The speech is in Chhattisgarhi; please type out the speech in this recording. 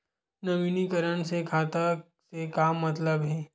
नवीनीकरण से खाता से का मतलब हे?